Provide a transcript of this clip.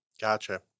Gotcha